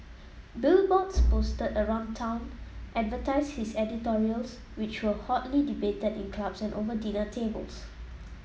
billboards posted around town advertised his editorials which were hotly debated in clubs and over dinner tables